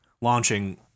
Launching